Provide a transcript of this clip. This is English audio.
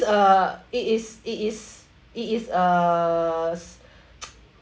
uh it is it is it is uh